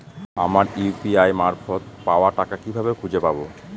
আমার ইউ.পি.আই মারফত পাওয়া টাকা কিভাবে খুঁজে পাব?